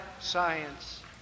science